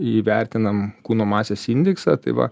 įvertinam kūno masės indeksą tai va